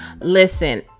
Listen